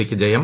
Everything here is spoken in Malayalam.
സിക്ക് ജയം